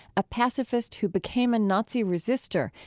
a pacifist who became a nazi resister,